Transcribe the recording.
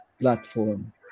platform